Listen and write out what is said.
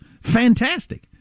fantastic